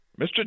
Mr